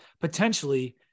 potentially